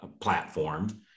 platform